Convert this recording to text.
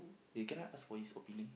eh can I ask for his opinion